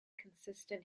consistent